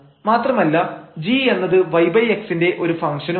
മാത്രമല്ല g എന്നത് yx ന്റെ ഒരു ഫംഗ്ഷനുമാണ്